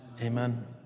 amen